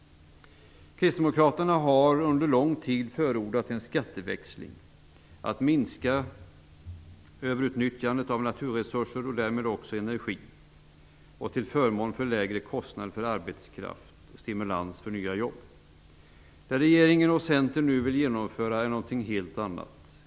Kristdemokraterna har under lång tid förordat en skatteväxling för att minska överutnyttjandet av naturresurser och därmed också energi och till förmån för lägre kostnader för arbetskraft och stimulans för nya jobb. Det regeringen och Centern nu vill genomföra är något helt annat.